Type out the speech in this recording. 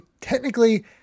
technically